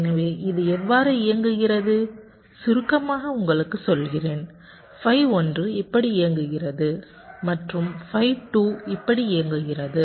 எனவே இது எவ்வாறு இயங்குகிறது சுருக்கமாக உங்களுக்குச் சொல்கிறேன் phi 1 இப்படி இயங்குகிறது மற்றும் phi 2 இப்படி இயங்குகிறது